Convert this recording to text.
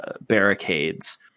barricades